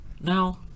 now